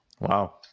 Wow